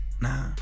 Nah